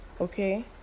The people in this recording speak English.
okay